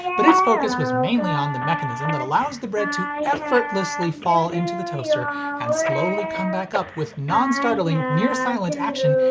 but its focus was mainly on the mechanism that allows the bread to effortlessly fall into the toaster and slowly come back up with non-startling, near-silent action,